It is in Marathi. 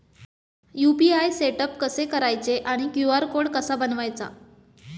यु.पी.आय सेटअप कसे करायचे आणि क्यू.आर कोड कसा बनवायचा?